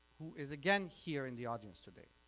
who is again here in the audience today.